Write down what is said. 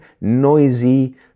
noisy